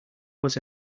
was